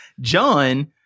John